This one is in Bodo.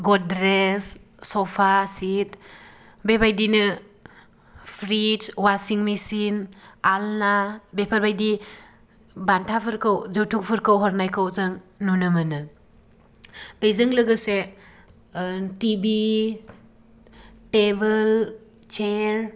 गद्रेज सफासेट बे बायदिनो फ्रिज वाशिं मेशिन आल्ना बेफोरबायदि बान्थाफोरखौ जौतुकफोरखौ हरनायखौ जों नुनो मोनो बेजों लोगोसे टि भि टेबोल चेयार